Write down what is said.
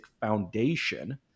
foundation